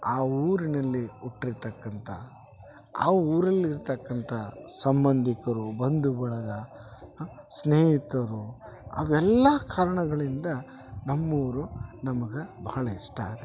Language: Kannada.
ಆ ಊರಿನಲ್ಲಿ ಹುಟ್ಟಿರ್ತಕ್ಕಂತ ಆ ಊರಲ್ಲಿರತಕ್ಕಂತ ಸಂಬಂಧಿಕರು ಬಂದು ಬಳಗ ಸ್ನೇಹಿತರು ಅವೆಲ್ಲ ಕಾರಣಗಳಿಂದ ನಮ್ಮೂರು ನಮ್ಗೆ ಬಹಳ ಇಷ್ಟ ಆಗತ್ತೆ